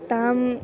ताम्